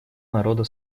народа